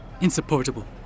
Insupportable